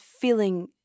feeling